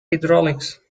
hydraulics